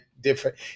Different